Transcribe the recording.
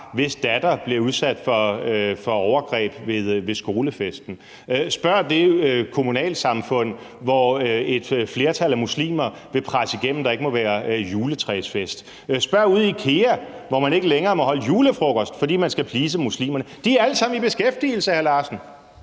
hvis datter blev udsat for overgreb ved skolefesten. Spørg det kommunalsamfund, hvor et flertal af muslimer vil presse igennem, at der ikke må være juletræsfest. Spørg ude i IKEA, hvor man ikke længere må holde julefrokost, fordi man skal please muslimerne. De er alle sammen i beskæftigelse, hr.